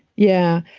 yeah.